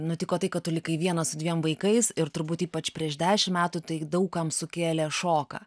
nutiko tai kad tu likai vienas su dviem vaikais ir turbūt ypač prieš dešimt metų tai daug kam sukėlė šoką